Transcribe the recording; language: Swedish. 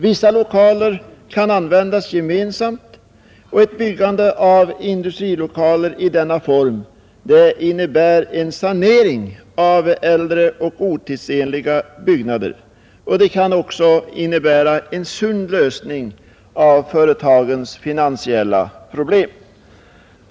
Vissa lokaler kan användas gemensamt, och ett byggande av industrilokaler i denna form innebär en sanering av äldre och otidsenliga byggnader. Det kan också innebära en sund lösning av företagens finansiella problem.